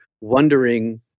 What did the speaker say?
wondering